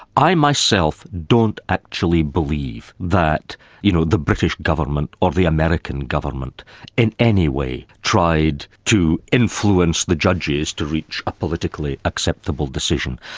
i myself don't actually believe that you know the british government or the american government in any way tried to influence the judges to reach a politically acceptable decision.